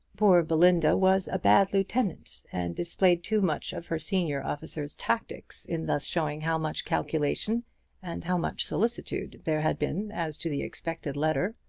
poor belinda was a bad lieutenant, and displayed too much of her senior officer's tactics in thus showing how much calculation and how much solicitude there had been as to the expected letter.